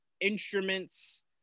instruments